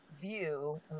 view